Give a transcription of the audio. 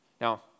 Now